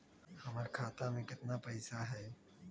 हमर खाता में केतना पैसा हई?